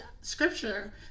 scripture